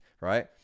right